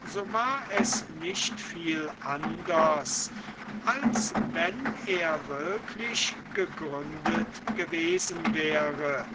so war es nicht viel anders als wenn er wirklich gegründet gewesen wäre